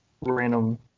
random